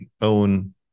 own